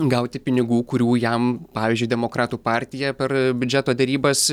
gauti pinigų kurių jam pavyzdžiui demokratų partija per biudžeto derybas